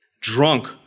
drunk